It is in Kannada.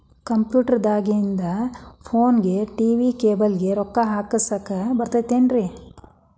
ಕಂಪ್ಯೂಟರ್ ದಾಗಿಂದ್ ಫೋನ್ಗೆ, ಟಿ.ವಿ ಕೇಬಲ್ ಗೆ, ರೊಕ್ಕಾ ಹಾಕಸಾಕ್ ಬರತೈತೇನ್ರೇ?